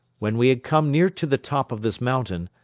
when we had come near to the top of this mountain,